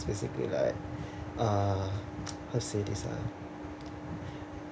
basically like uh how to say this ah